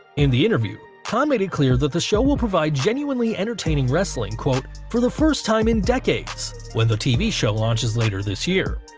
in the interview, khan made it clear that the show will provide genuinely entertaining wrestling, quote for the first time in decades, when the tv show launches later this year.